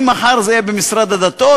אם מחר זה יהיה במשרד הדתות,